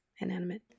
Inanimate